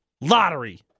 lottery